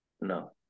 No